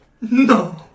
No